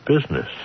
business